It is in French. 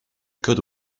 code